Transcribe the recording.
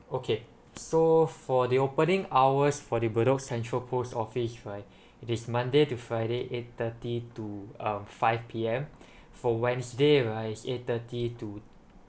okay so for the opening hours for the bedok central post office right it is monday to friday eight thirty to um five P_M for wednesday right is eight thirty to